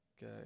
Go